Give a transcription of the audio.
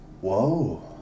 Whoa